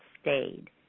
stayed